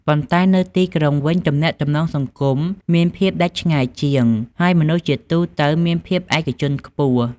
ប៉ុន្តែនៅទីក្រុងវិញ ទំនាក់ទំនងសង្គម មានភាពដាច់ឆ្ងាយជាង ហើយមនុស្សជាទូទៅមានភាពឯកជនខ្ពស់។